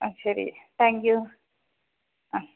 ആ ശരി thank you uh